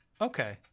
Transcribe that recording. Okay